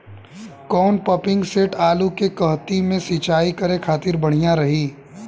कौन pumping set आलू के कहती मे सिचाई करे खातिर बढ़िया रही?